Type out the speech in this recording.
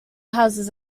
houses